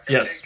Yes